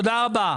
תודה רבה.